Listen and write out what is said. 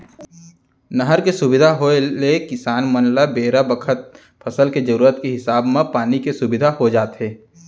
नहर के सुबिधा होय ले किसान मन ल बेरा बखत फसल के जरूरत के हिसाब म पानी के सुबिधा हो जाथे